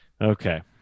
Okay